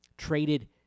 traded